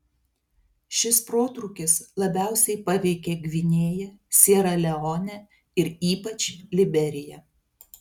šis protrūkis labiausiai paveikė gvinėją siera leonę ir ypač liberiją